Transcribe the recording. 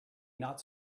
not